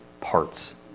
parts